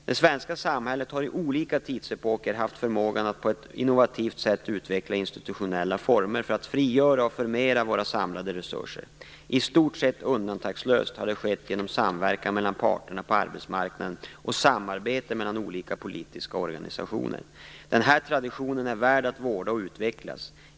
Det svenska samhället har i olika tidsepoker haft förmågan att på ett innovativt sätt utveckla institutionella former för att frigöra och förmera våra samlade resurser. I stort sett undantagslöst har det skett genom samverkan mellan parterna på arbetsmarknaden och samarbete mellan olika politiska organisationer. Den här traditionen är värd att vårda och utveckla.